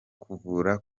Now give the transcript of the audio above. kuvura